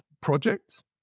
projects